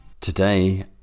Today